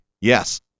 Yes